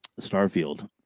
Starfield